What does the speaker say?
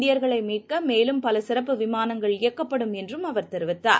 இந்தியர்களைமீட்கமேலும் பலசிறப்பு விமானங்கள் இயக்கப்படும் என்றும் அவர் தெரிவித்தார்